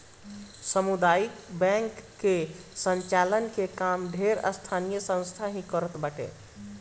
सामुदायिक बैंक कअ संचालन के काम ढेर स्थानीय संस्था ही करत बाटे